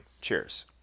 Cheers